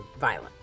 violent